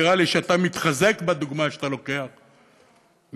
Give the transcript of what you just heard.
נראה לי שאתה מתחזק בדוגמה שאתה לוקח ממנו,